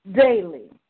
daily